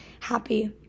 happy